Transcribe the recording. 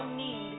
need